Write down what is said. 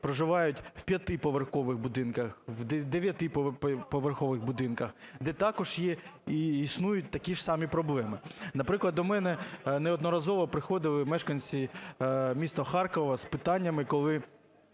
проживають в 5-поверхових будинках, в 9-поверхових будинках, де також є і існують такі ж самі проблеми. Наприклад, у мене неодноразово приходили мешканці міста Харкова з питаннями, коли